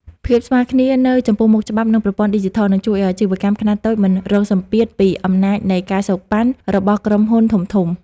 ភាពស្មើគ្នានៅចំពោះមុខច្បាប់ និងប្រព័ន្ធឌីជីថល នឹងជួយឱ្យអាជីវកម្មខ្នាតតូចមិនរងសម្ពាធពីអំណាចនៃ ការសូកប៉ាន់ របស់ក្រុមហ៊ុនធំៗ។